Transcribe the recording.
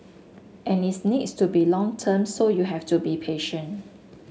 and it's needs to be long term so you have to be patient